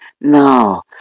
No